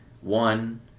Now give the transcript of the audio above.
One